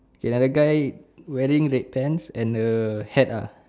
okay another guy wearing red pants and a hat uh